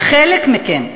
חלק מכם,